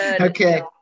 Okay